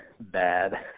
bad